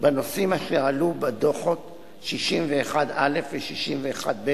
בנושאים אשר עלו בדוחות 61א ו-61ב